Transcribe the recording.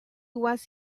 was